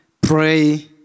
pray